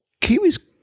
Kiwis